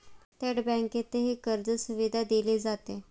थेट बँकेतही कर्जसुविधा दिली जाते